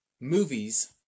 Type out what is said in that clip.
movies